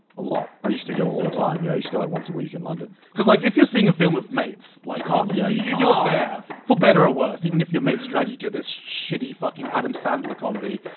a lot. i used to go all the time. yeah. i used to go like once a week in london. cause like, if you're seeing a film with mates like, um yeah you can't. you're there. for better or worse, even if your mates drag you to this shitty, fucking, adam sandler comedy,